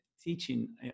teaching